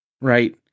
right